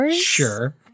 Sure